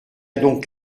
donc